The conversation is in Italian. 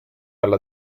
alla